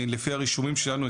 לפי הרישומים שלנו,